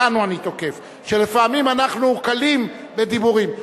שלפעמים אנחנו קלים בדיבורים.